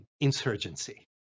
insurgency